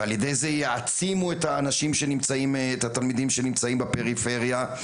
ועל ידי זה יעצימו את התלמידים שנמצאים בפריפריה,